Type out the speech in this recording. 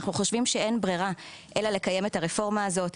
אנחנו חושבים שאין ברירה אלא לקיים את הרפורמה הזאת,